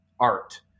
art